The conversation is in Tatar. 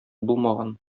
булмаган